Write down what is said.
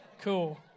cool